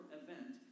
event